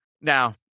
now